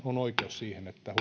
siihen että